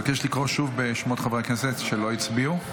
אבקש לקרוא שוב בשמות חברי הכנסת שלא הצביעו.